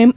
M